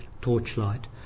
torchlight